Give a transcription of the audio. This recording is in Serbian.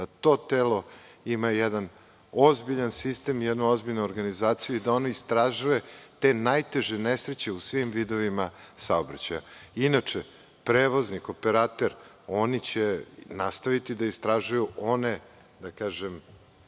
da to telo ima jedan ozbiljan sistem i jednu ozbiljnu organizaciju, da ono istražuje te najteže nesreće u svim vidovima saobraćaja. Inače, prevoznik, operater, oni će nastaviti da istražuju one akcidente